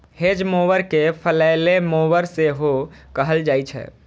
hedge mower कें फलैले mower सेहो कहल जाइ छै